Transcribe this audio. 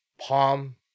palm